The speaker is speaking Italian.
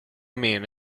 meno